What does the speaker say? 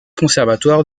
conservatoire